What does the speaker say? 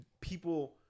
people